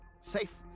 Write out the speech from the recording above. safe